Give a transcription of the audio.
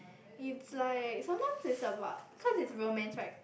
it's like sometime is about cause is romance right